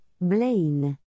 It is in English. Blaine